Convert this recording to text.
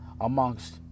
amongst